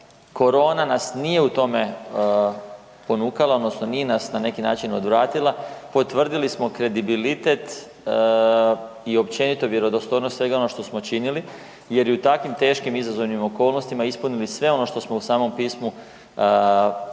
Korona nas nije u tome ponukala odnosno nije nas na neki način odvratila, potvrdili smo kredibilitet i općenito vjerodostojnost i svega ono što smo činili jer i u takvim teškim izazovnim okolnostima ispunili sve ono što smo u samom pismu na